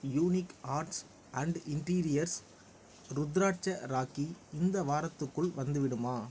unique arts and interiors rudraksha rakhi இந்த வாரத்துக்குள் வந்துவிடுமா